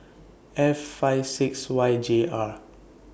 F five six Y J R